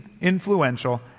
influential